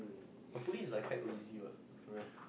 the police is like quite or easy [what] no meh